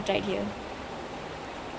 ya ya ya